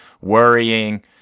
worrying